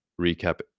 recap